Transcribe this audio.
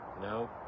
No